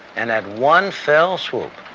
and at one fell swoop,